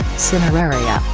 cineraria,